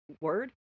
word